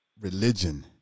religion